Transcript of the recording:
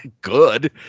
good